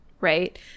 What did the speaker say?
right